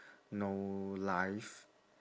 no life